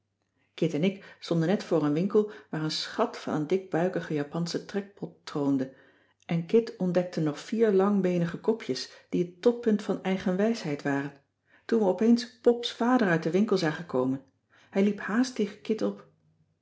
en ik stonden net voor een winkel waar een schat van een dikbuikige japansche trekpot troonde en kit ontdekte nog vier langbeenige kopjes die het toppunt van eigenwijsheid waren toen we opeens pops vader uit den winkel zagen komen hij liep haast tegen kit op